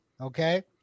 Okay